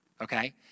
okay